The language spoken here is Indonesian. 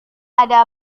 ada